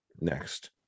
next